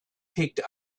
picked